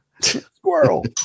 Squirrel